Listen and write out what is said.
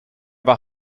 war